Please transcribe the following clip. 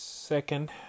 second